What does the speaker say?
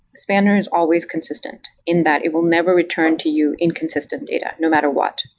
spanner is always consistent in that. it will never return to you inconsistent data no matter what.